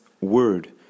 word